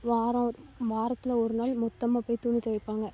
வாரம் வாரத்தில் ஒரு நாள் மொத்தமாக போய் துணி துவைப்பாங்க